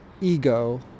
ego